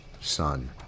son